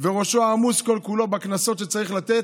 וראשו עמוס כל-כולו בקנסות שצריך לתת.